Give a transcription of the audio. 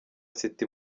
city